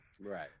Right